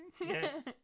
Yes